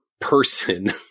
person